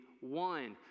one